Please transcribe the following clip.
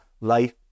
Life